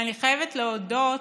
אני חייבת להודות